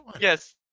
Yes